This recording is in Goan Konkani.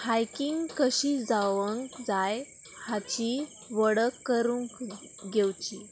हायकींग कशी जावंक जाय हाची वडक करूंक घेवची